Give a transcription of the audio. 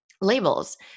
labels